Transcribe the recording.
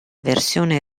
versione